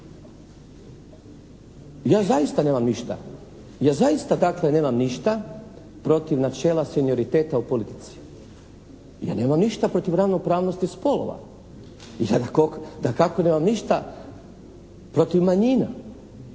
ja zaista nemam ništa, ja zaista dakle nemam ništa protiv načela senioriteta u politici. Ja nemam ništa protiv ravnopravnosti spolova. Ja dakako nemam ništa protiv manjina.